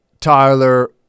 Tyler